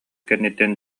кэнниттэн